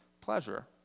pleasure